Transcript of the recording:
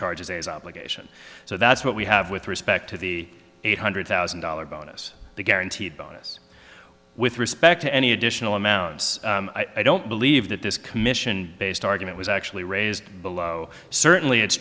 discharges as obligation so that's what we have with respect to the eight hundred thousand dollars bonus guaranteed bonus with respect to any additional amount i don't believe that this commission based argument was actually raised below certainly it's